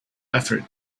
effort